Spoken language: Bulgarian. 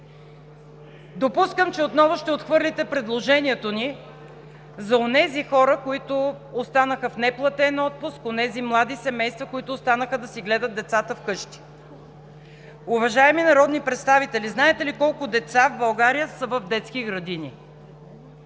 Допускам, че отново ще отхвърлите предложението ни за онези хора, които останаха в неплатен отпуск, онези млади семейства, които останаха да си гледат децата вкъщи. Уважаеми народни представители, знаете ли колко деца в България са в детски градини?